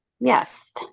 Yes